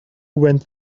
went